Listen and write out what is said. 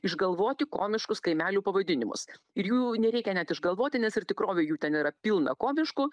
išgalvoti komiškus kaimelių pavadinimus ir jų nereikia net išgalvoti nes ir tikrovėj jų ten yra pilna komiškų